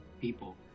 people